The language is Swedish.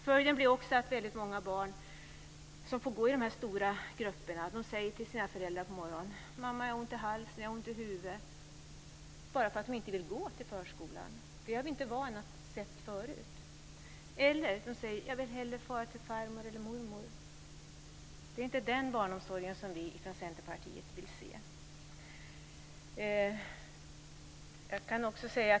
Följden blir också att väldigt många barn som får gå i de stora grupperna säger till sina föräldrar på morgonen: Mamma, jag har ont i halsen, ont i huvudet. Det säger de bara därför att de inte vill gå till förskolan. Det har vi inte upplevt förut. Eller också säger de: Jag vill hellre fara till farmor eller mormor. Det är inte den barnomsorgen som vi från Centerpartiet vill se.